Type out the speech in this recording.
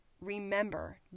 remember